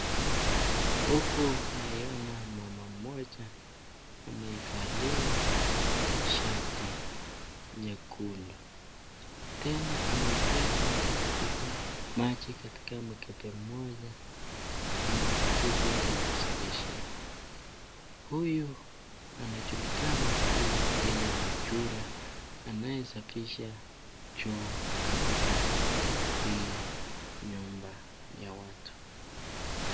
Huku naiona mama mmoja ameivalia shati nyekundu. Tena ameibeba maji katika mkebe mmoja na kitu ya kusafishia. Huyu anajulikana kuwa yeye ni chura anayesafisha choo katika hii nyumba ya watu.